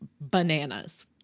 bananas